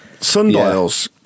Sundials